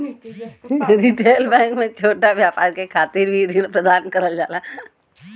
retail bank में छोटा व्यापार के खातिर भी ऋण प्रदान करल जाला